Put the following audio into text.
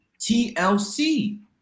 TLC